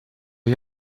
gli